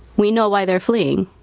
we know why they're fleeing.